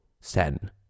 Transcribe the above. Sen